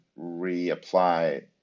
reapply